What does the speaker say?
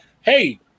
hey